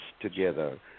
together